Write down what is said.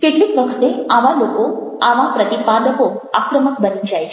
કેટલીક વખતે આવા લોકો આવા પ્રતિપાદકો આક્રમક બની જાય છે